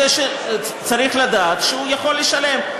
צריך לדעת שהוא יכול לשלם.